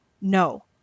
No